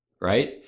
right